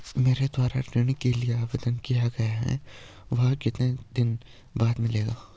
मेरे द्वारा ऋण के लिए आवेदन किया गया है वह कितने दिन बाद मिलेगा?